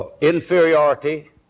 inferiority